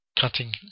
cutting